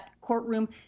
courtroom